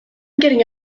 getting